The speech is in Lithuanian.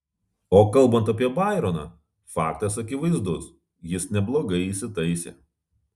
o kalbant apie baironą faktas akivaizdus jis neblogai įsitaisė